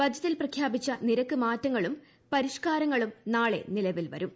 ബജറ്റിൽ പ്രഖ്യാപിച്ച നിരക്ക് മാറ്റങ്ങളും പരിഷ്കാര ങ്ങളും നാളെ നിലവിൽ വരും